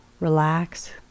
relax